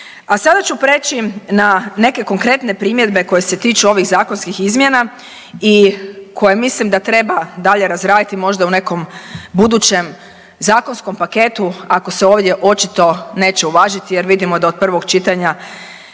A sada ću preći na neke konkretne primjedbe koje se tiču ovih zakonskih izmjena i koje mislim da treba dalje razraditi možda u nekom budućem zakonskom paketu ako se ovdje očito neće uvažiti jer vidimo da od prvog čitanja